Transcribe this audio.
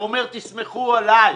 הוא אומר: תסמכו עליי.